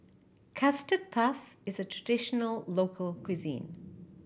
Custard Puff is a traditional local cuisine